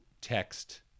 text